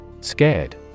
Scared